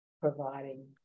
providing